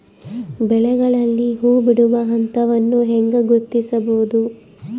ಬೆಳೆಗಳಲ್ಲಿ ಹೂಬಿಡುವ ಹಂತವನ್ನು ಹೆಂಗ ಗುರ್ತಿಸಬೊದು?